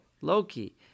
Loki